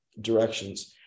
directions